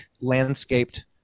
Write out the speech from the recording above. landscaped